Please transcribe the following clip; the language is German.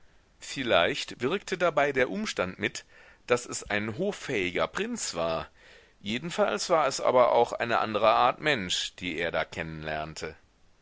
vielleicht wirkte dabei der umstand mit daß es ein hoffähiger prinz war jedenfalls war es aber auch eine andere art mensch die er da